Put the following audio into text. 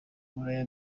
buraya